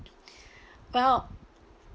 well